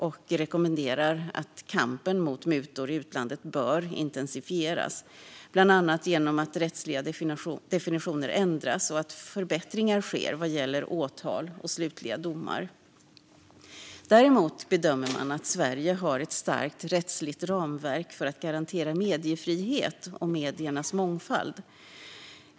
Man rekommenderar att kampen mot mutor i utlandet intensifieras, bland annat genom att rättsliga definitioner ändras och genom att förbättringar sker vad gäller åtal och slutliga domar. Däremot bedömer man att Sverige har ett starkt rättsligt ramverk för att garantera mediefrihet och mediernas mångfald.